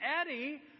Eddie